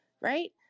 right